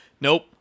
Nope